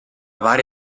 vari